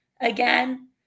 again